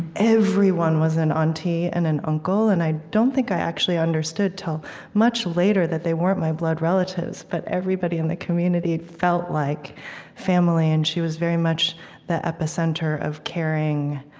everyone was an auntie and an uncle, and i don't think i actually understood till much later that they weren't my blood relatives. but everybody in the community felt like family. and she was very much the epicenter of caring